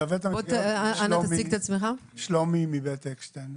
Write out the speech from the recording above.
שמי שלומי, מנהל אשכול בבית אקשטיין.